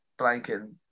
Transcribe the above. blanking